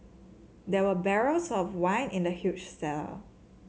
there were barrels of wine in the huge cellar